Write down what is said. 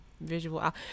visual